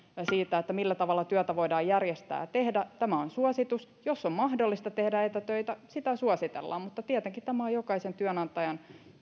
siitä millä tavalla työtä voidaan järjestää ja tehdä tämä on suositus jos on mahdollista tehdä etätöitä sitä suositellaan mutta tietenkin tämä on jokaisen työnantajan